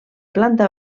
planta